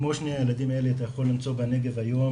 כמו שני הילדים האלה אתה יכול למצוא בנגב היום,